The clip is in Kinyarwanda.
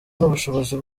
n’ubushobozi